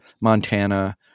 Montana